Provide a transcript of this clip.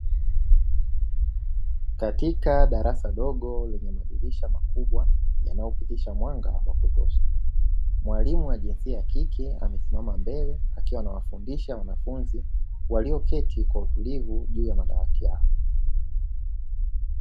Katika darasa dogo lenye madirisha makubwa yanayopitisha mwanga wa kutosha. Mwalimu wa jinsia ya kike amesimama mbele akiwa anawafundisha wanafunzi walioketi juu ya madawati hayo.